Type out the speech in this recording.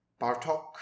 Bartok